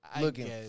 Looking